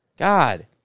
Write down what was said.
God